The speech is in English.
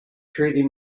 treating